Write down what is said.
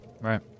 right